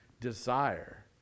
desire